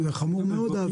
זה חמור מאוד.